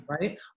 right